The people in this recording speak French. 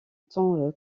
ton